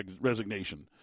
resignation